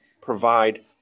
provide